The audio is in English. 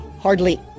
hardly